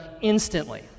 instantly